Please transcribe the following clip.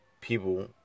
people